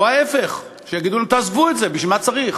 או ההפך, שיגידו להם: תעזבו את זה, בשביל מה צריך?